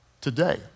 today